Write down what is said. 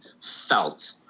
felt